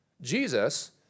Jesus